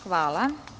Hvala.